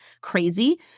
crazy